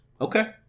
Okay